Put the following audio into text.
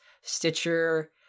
Stitcher